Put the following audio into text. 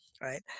right